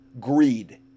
greed